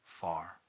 far